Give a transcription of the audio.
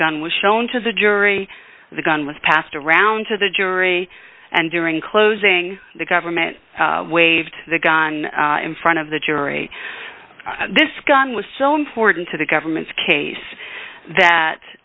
gun was shown to the jury the gun was passed around to the jury and during closing the government waved the gun in front of the jury this gun was so important to the government's case that